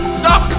stop